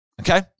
Okay